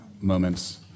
moments